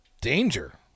Danger